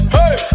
Hey